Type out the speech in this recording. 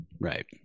Right